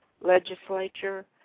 legislature